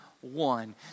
one